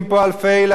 מדברים על מיגון,